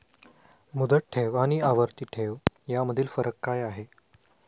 मुदत ठेव आणि आवर्ती ठेव यामधील फरक काय आहे?